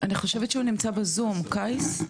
חושבת שהוא נמצא בזום, קייס.